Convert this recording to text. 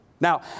Now